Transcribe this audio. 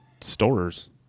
stores